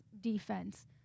defense